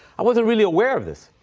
i wasn't really aware of this.